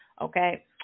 Okay